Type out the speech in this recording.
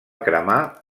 cremar